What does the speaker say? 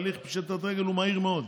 הליך פשיטת רגל הוא מהיר מאוד.